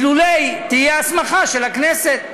אילולא תהיה הסמכה של הכנסת.